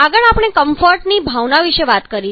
આગળ આપણે કમ્ફર્ટ ની ભાવના વિશે વાત કરવાની છે